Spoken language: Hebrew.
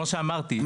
כמו שאמרתי,